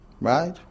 right